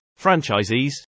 franchisees